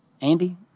Andy